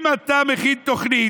אם אתה מכין תוכנית,